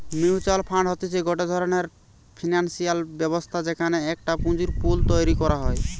mutual fund হতিছে গটে ধরণের ফিনান্সিয়াল ব্যবস্থা যেখানে একটা পুঁজির পুল তৈরী করা হয়